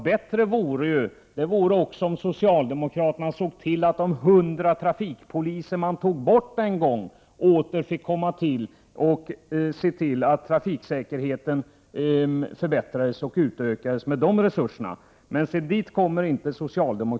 Bättre vore om socialdemokraterna också såg till att förbättra och utöka trafiksäkerheten med de 100 poliser som man en gång tog bort. Men socialdemokraterna kommer inte heller fram till detta.